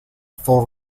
full